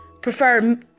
prefer